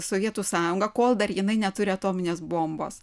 sovietų sąjungą kol dar jinai neturi atominės bombos